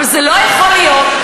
אבל לא יכול להיות,